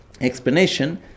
explanation